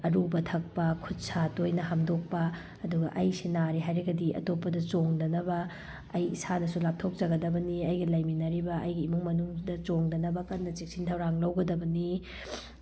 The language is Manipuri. ꯑꯔꯨꯕ ꯊꯛꯄ ꯈꯨꯠ ꯁꯥ ꯇꯣꯏꯅ ꯍꯥꯝꯗꯣꯛꯄ ꯑꯗꯨꯒ ꯑꯩꯁꯦ ꯅꯥꯔꯦ ꯍꯥꯏꯔꯒꯗꯤ ꯑꯇꯣꯞꯄꯗ ꯆꯣꯡꯗꯅꯕ ꯑꯩ ꯏꯁꯥꯅꯁꯨ ꯂꯥꯞꯊꯣꯛꯆꯒꯗꯕꯅꯤ ꯑꯩꯒ ꯂꯩꯃꯤꯟꯅꯔꯤꯕ ꯑꯩꯒꯤ ꯏꯃꯨꯡ ꯃꯅꯨꯡꯗ ꯆꯣꯡꯗꯅꯕ ꯀꯟꯅ ꯆꯦꯛꯁꯤꯟ ꯊꯧꯔꯥꯡ ꯂꯧꯒꯗꯕꯅꯤ